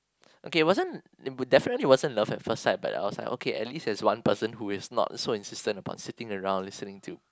okay it wasn't i~ it definitely wasn't love at first sight but I was like okay at least there is one person who is not so insistent about sitting around listening to